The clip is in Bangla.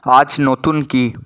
আজ নতুন কী